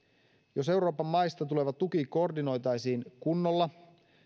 jos euroopan maista tuleva tuki koordinoitaisiin kunnolla